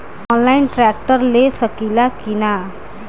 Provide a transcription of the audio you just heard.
Online tractor ले सकीला कि न?